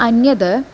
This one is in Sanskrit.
अन्यद्